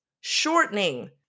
shortening